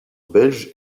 belge